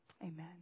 amen